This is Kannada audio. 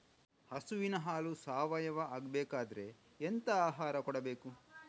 ಹಸುವಿನ ಹಾಲು ಸಾವಯಾವ ಆಗ್ಬೇಕಾದ್ರೆ ಎಂತ ಆಹಾರ ಕೊಡಬೇಕು?